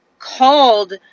called